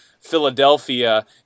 Philadelphia